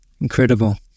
Incredible